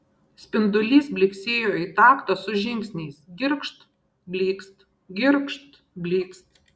spindulys blyksėjo į taktą su žingsniais girgžt blykst girgžt blykst